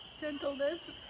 gentleness